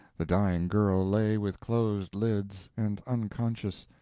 the dying girl lay with closed lids, and unconscious,